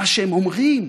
מה שהם אומרים